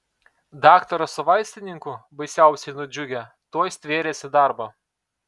daktaras su vaistininku baisiausiai nudžiugę tuoj stvėrėsi darbo